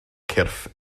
cyrff